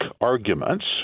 arguments